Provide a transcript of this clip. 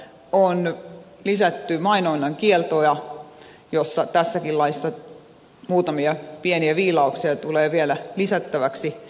on lisätty mainonnan kieltoja joiden osalta tässäkin laissa muutamia pieniä viilauksia tulee vielä lisättäväksi